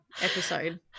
episode